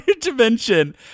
Dimension